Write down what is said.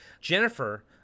jennifer